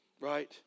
Right